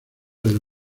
del